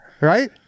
right